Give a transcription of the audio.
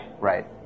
Right